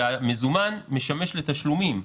והמזומן משמש לתשלומים.